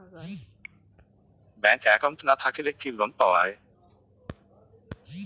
Bank account না থাকিলে কি লোন পাওয়া য়ায়?